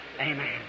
Amen